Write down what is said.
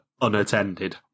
unattended